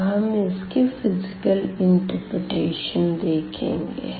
अब हम इसकी भौतिकी व्याख्या देखेंगे